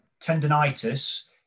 tendonitis